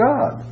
God